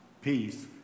peace